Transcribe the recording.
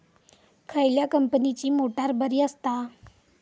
खयल्या कंपनीची मोटार बरी असता?